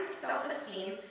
self-esteem